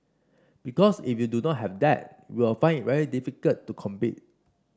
because if you do not have that you will find it very difficult to compete